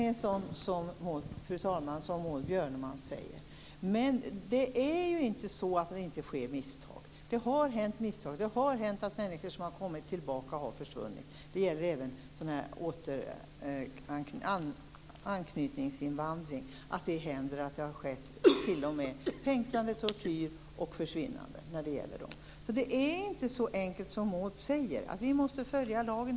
Fru talman! Lagen är sådan, som Maud Björnemalm säger. Men det är inte så att det inte sker misstag. Misstag har begåtts. Det har hänt att människor som har kommit tillbaka har försvunnit. Det gäller även anknytningsinvandring. T.o.m. fängslande, tortyr och försvinnanden har inträffat när det gäller den gruppen. Det är alltså inte så enkelt som Maud Björnemalm säger. Det är klart att vi måste följa lagen.